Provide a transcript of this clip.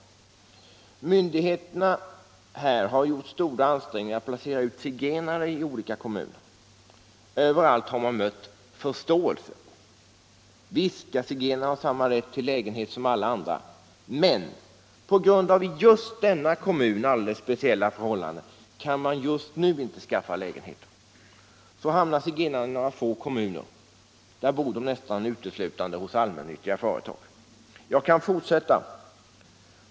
Myndigheterna har här gjort stora ansträngningar att placera ut zigenare i olika kommuner. Överallt har man mötts av förståelse. Visst skall zigenarna ha samma rätt till lägenheter som alla andra. Men, på grund av i just denna kommun alldeles speciella förhållanden kan man just nu inte skaffa lägenhet. Så hamnar zigenarna i några få kommuner. Där bor de nästan uteslutande hos allmännyttiga företag. Jag kan fortsätta.